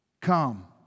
come